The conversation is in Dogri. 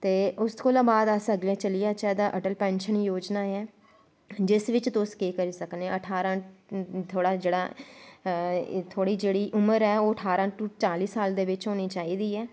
ते उस कोला अस अग्गैं चली जाच्चै तां अटल पैंशन योजना ऐ जिस बिच्च तुस केह् करी सकने अठारां थुआढ़ा जेह्ड़ा थोआढ़ी जेह्ड़ी उमर ऐ ठारां टू चाली साल दै बिच्च होनी चाही दी ऐ